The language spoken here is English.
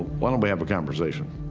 why don't we have a conversation?